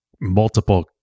multiple